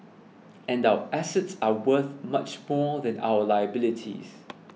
and our assets are worth much more than our liabilities